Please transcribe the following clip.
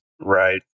Right